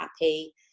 happy